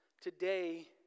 today